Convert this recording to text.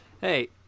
Hey